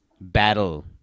battle